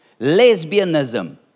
lesbianism